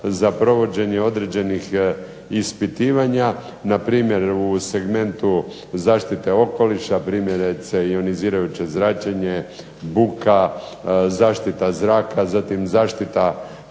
za provođenje određenih ispitivanja, npr. u segmentu zaštite okoliša, primjerice ionizirajuće zračenje, buka, zaštita zraka, zatim zaštita